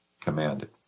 commanded